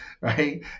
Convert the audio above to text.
Right